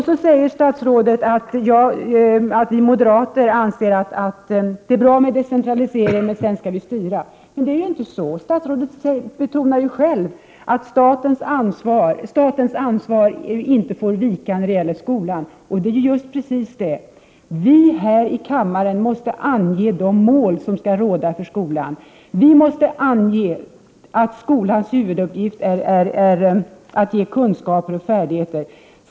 Så säger statsrådet att vi moderater anser att det är bra med decentralisering. Men sedan skall vi styra. Så är det inte. Statsrådet betonar själv att statens ansvar inte får vika när det gäller skolan. Just precis! Men vi här i riksdagen måste ange de mål som gäller för skolan. Vi måste ange att skolans huvuduppgift är att ge kunskaper och färdigheter.